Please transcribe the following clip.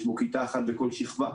יש בו כיתה אחת בכל שכבה,